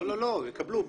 לא, לא, לא, יקבלו.